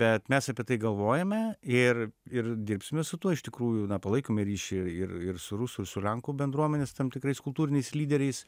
bet mes apie tai galvojame ir ir dirbsime su tuo iš tikrųjų palaikome ryšį ir ir su rusų ir su lenkų bendruomenės tam tikrais kultūriniais lyderiais